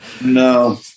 No